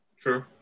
true